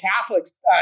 catholics